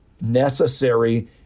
necessary